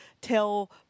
tell